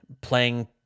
playing